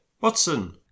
Watson